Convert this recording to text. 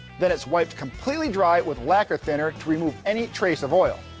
then it's wiped completely dry with lacquer thinner to remove any trace of oil.